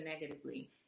negatively